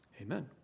amen